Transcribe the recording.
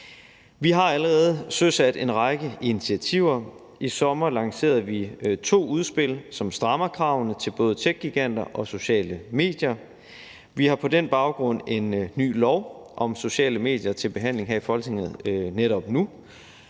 Vi har allerede søsat en række initiativer. I sommer lancerede vi to udspil, som strammer kravene til både techgiganter og sociale medier. Vi har på den baggrund en ny lov om sociale medier til behandling her i Folketinget netop nu,